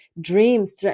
dreams